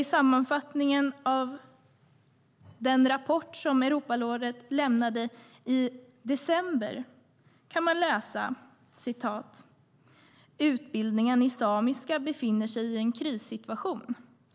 I sammanfattningen av den rapport som Europarådet lämnade i december kan man läsa att "utbildningen i samiska befinner sig i en krissituation".